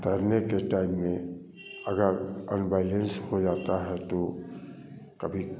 तैरने के टाइम में अगर अनबैलेंस हो जाता है तो कभी